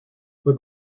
fue